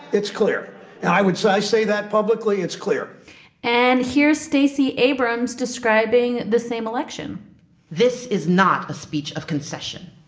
it's clear. and i would say i say that publicly. it's clear and here's stacey abrams describing the same election this is not a speech of concession,